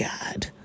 God